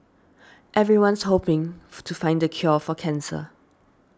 everyone's hoping to find the cure for cancer